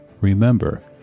remember